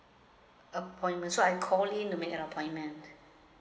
appointment so I'm calling to make an appointment